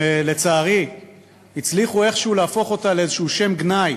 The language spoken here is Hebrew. שלצערי הצליחו איכשהו להפוך אותה לאיזה שם גנאי